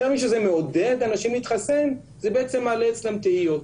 משזה מעודד אנשים להתחסן זה בעצם מעלה אצלם תהיות.